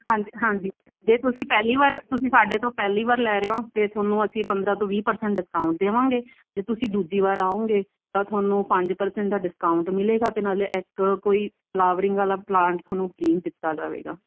ਹਾਂਜੀ ਹਾਂਜੀ ਜੇ ਤੁਸੀਂ ਪਹਿਲੀ ਵਾਰ ਤੁਸੀਂ ਸਾਡੇ ਤੋਂ ਪਹਿਲੀ ਵਾਰ ਲੈ ਰਹੇ ਹੋ ਅਤੇ ਤੁਹਾਨੂੰ ਅਸੀਂ ਪੰਦਰ੍ਹਾਂ ਤੋਂ ਵੀਹ ਪ੍ਰਸੈਂਟ ਡਿਸਕਾਊਂਟ ਦੇਵਾਂਗੇ ਅਤੇ ਤੁਸੀਂ ਦੂਜੀ ਵਾਰ ਆਓਂਗੇ ਤਾਂ ਤੁਹਾਨੂੰ ਪੰਜ ਪ੍ਰਸੈਂਟ ਦਾ ਡਿਸਕਾਊਂਟ ਮਿਲੇਗਾ ਅਤੇ ਨਾਲੇ ਇੱਕ ਕੋਈ ਫਲਾਵਰਿੰਗ ਵਾਲਾ ਪਲਾਂਟ ਤੁਹਾਨੂੰ ਫ੍ਰੀ ਦਿੱਤਾ ਜਾਵੇਗਾ